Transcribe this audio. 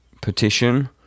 petition